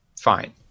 fine